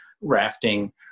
rafting